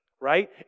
right